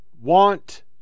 want